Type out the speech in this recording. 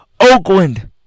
Oakland